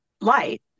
light